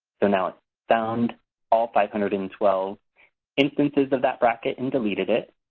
so now it found all five hundred and twelve instances of that bracket and deleted it.